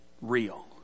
real